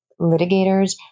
litigators